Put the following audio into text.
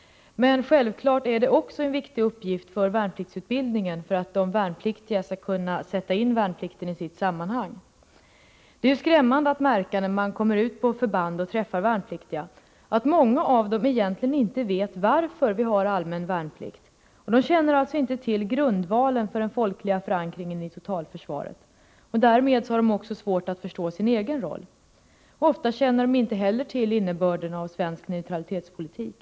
Men självfallet är detta också en viktig uppgift för värnpliktsutbildningen för att de värnpliktiga skall kunna sätta in värnplikten i dess sammanhang. När man kommer ut på förband och träffar värnpliktiga är det skrämmande att märka att många av dem egentligen inte vet varför vi har allmän värnplikt. De känner alltså inte till grundvalen för den folkliga förankringen i totalförsvaret. Därmed har de också svårt att förstå sin egen roll. Ofta känner de inte heller till innebörden i svensk neutralitetspolitik.